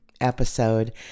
episode